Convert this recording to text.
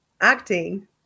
Acting